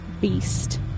beast